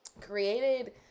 created